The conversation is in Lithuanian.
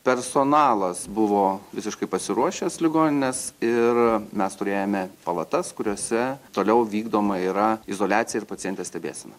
personalas buvo visiškai pasiruošęs ligonines ir mes turėjome palatas kuriose toliau vykdoma yra izoliacija ir pacientės stebėsena